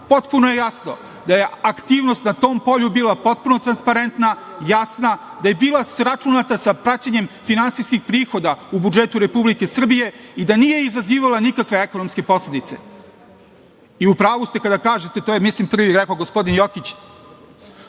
tražnju. Potpuno je jasno da je aktivnost na tom polju bila potpuno transparentna, jasna, da je bila sračunata sa praćenjem finansijskih prihoda u budžetu Republike Srbije i da nije izazivala nikakve ekonomske posledice i u pravu ste kada kažete, to je, mislim, prvi rekao gospodin Jokić,